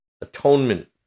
atonement